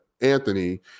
Anthony